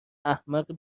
احمق